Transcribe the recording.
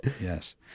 Yes